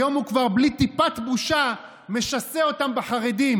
היום הוא כבר בלי טיפת בושה משסה אותם בחרדים,